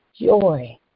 joy